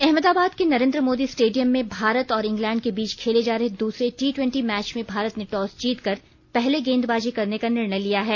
अहमदाबाद के नरेंद्र मोदी स्टेडियम में भारत और इंगलैंड के बीच खेले जा रहे दूसरे टी ट्वेंटी मैच में भारत ने टॉस जीतकर पहले गेंदबाजी करने का निर्णय लिया है